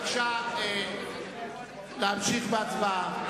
בבקשה להמשיך בהצבעה.